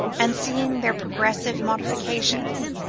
and seeing their progressive modifications,